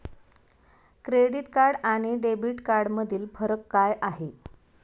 Credit card आणि debit कार्डमधील फरक काय आहे?